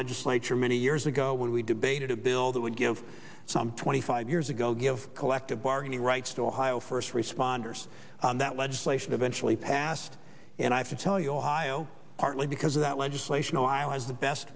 legislature many years ago when we debated bill that would give some twenty five years ago give collective bargaining rights to ohio first responders and that legislation eventually passed and i have to tell your heigho partly because of that legislation i was the best